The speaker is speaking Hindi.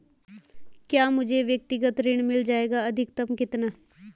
क्या मुझे व्यक्तिगत ऋण मिल जायेगा अधिकतम कितना?